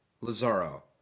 Lazaro